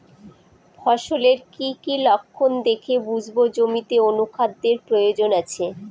ফসলের কি কি লক্ষণ দেখে বুঝব জমিতে অনুখাদ্যের প্রয়োজন আছে?